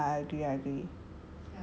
ya ya I agree I agree